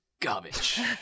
garbage